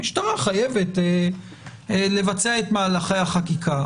המשטרה חייבת לבצע את מהלכי החקיקה,